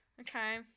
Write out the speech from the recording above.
okay